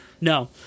No